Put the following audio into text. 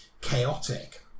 chaotic